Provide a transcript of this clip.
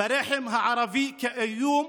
ברחם הערבי איום,